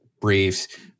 briefs